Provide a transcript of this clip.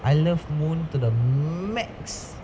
I love moon to the max